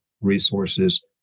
resources